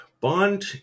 bond